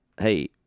Hey